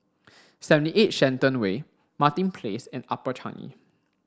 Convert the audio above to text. seventy eight Shenton Way Martin Place and Upper Changi